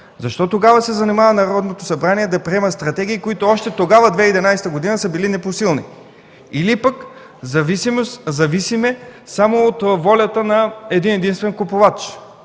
Защо тогава се занимава Народното събрание да приема стратегии, които още тогава – 2011 г., са били непосилни? Или пък зависим само от волята на един-единствен купувач?